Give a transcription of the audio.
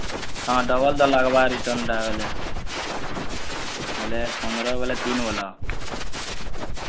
ହଁ ଡବଲ୍ ତ ଲାଗ୍ବା ରିଟର୍ଣ୍ଣ୍ଟା ବୋଇଲେ ହେଲେ ପନ୍ଦର ବୋଇଲେ ତିନ୍ ବୋଲ